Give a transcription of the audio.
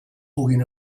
puguin